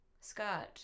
Skirt